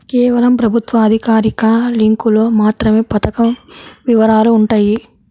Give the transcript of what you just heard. కేవలం ప్రభుత్వ అధికారిక లింకులో మాత్రమే పథకం వివరాలు వుంటయ్యి